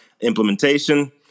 implementation